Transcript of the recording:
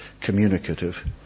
communicative